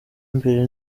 mbere